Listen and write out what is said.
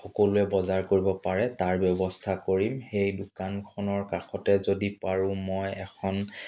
সকলোৱে বজাৰ কৰিব পাৰে তাৰ ব্যৱস্থা কৰিম সেই দোকানখনৰ কাষতে যদি পাৰোঁ মই এখন